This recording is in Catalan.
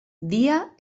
dia